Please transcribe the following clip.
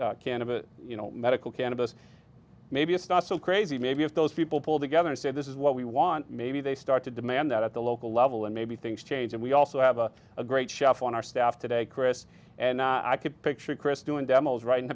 cannabis you know medical cannabis maybe it's not so crazy maybe if those people pulled together and said this is what we want maybe they start to demand that at the local level and maybe things change and we also have a great chef on our staff today chris and i could picture chris doing demos ri